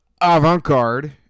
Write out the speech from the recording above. avant-garde